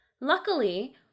Luckily